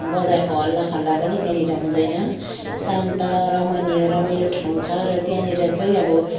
बजारको हल्लाखल्ला पनि त्यहाँनिर हुँदैन शान्त रमणीय रमाइलो ठाउँ छ र त्यहाँनिर चाहिँ अब